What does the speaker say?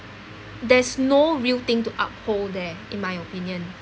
there's no real thing to uphold there in my opinion